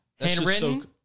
Handwritten